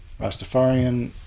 Rastafarian